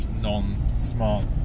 non-smart